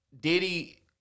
Diddy